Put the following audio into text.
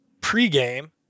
pregame